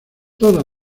toda